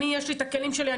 יש לי את הכלים שלי,